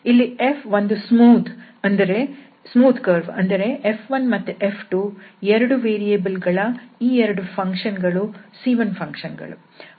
ಇಲ್ಲಿ F ಒಂದು smooth ಅಂದರೆ F1 ಮತ್ತು F2 2 ವೇರಿಯಬಲ್ ಗಳ ಈ ಎರಡು ಫಂಕ್ಷನ್ ಗಳು C1 ಪಂಕ್ಷನ್ ಗಳು